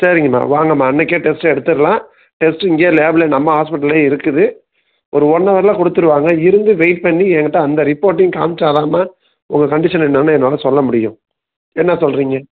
சரிங்கம்மா வாங்கம்மா அன்றைக்கே டெஸ்ட் எடுத்துடலாம் டெஸ்ட் இங்கே லேப்பிலே நம்ம ஹாஸ்பிடல்லேயே இருக்குது ஒரு ஒன் ஹவரில் கொடுத்துருவாங்க இருந்து வெயிட் பண்ணி என்கிட்ட அந்த ரிப்போர்ட்டையும் காமிச்சால் தான்ம்மா உங்கள் கண்டிஷன் என்னனு என்னால் சொல்ல முடியும் என்ன சொல்கிறீங்க